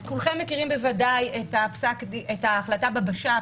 אז כולכם מכירים בוודאי את ההחלטה בבש"פ